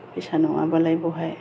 फैसा नङाबालाय बहा